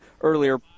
earlier